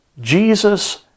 Jesus